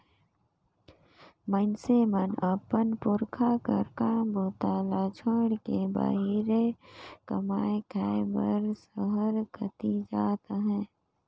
मइनसे मन अपन पुरखा कर काम बूता ल छोएड़ के बाहिरे कमाए खाए बर सहर कती जात अहे